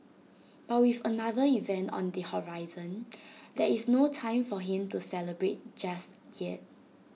but with another event on the horizon there is no time for him to celebrate just yet